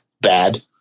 bad